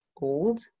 old